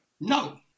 No